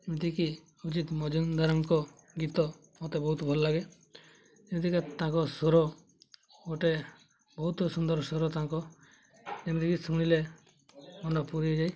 ଯେମିତିକି ଅଭିଜିତ ମଜୁମଦାରଙ୍କ ଗୀତ ମୋତେ ବହୁତ ଭଲ ଲାଗେ ଯେମିତିକା ତାଙ୍କ ସ୍ୱର ଗୋଟେ ବହୁତ ସୁନ୍ଦର ସ୍ୱର ତାଙ୍କ ଯେମିତିକି ଶୁଣିଲେ ମନ ପୁରି ଯାଏ